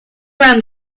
ran